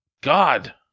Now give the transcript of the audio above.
god